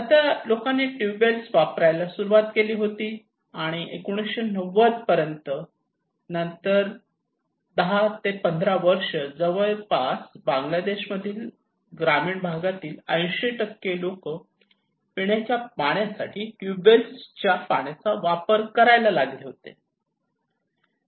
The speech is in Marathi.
आता लोकांनी ट्यूब वेल्स वापरायला सुरुवात केली होती आणि 1990 पर्यंत नंतर 10 ते 15 वर्ष जवळपास बांगलादेशामधील ग्रामीण भागातील 80 लोकं पिण्याच्या पाण्यासाठी ट्यूबवेल्स च्या पाण्याचा वापर करायला लागले होते